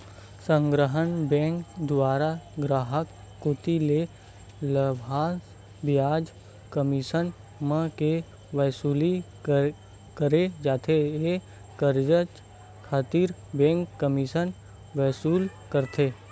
संग्रहन बेंक दुवारा गराहक कोती ले लाभांस, बियाज, कमीसन मन के वसूली करे जाथे ये कारज खातिर बेंक कमीसन वसूल करथे